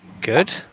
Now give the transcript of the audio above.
good